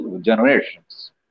generations